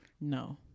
No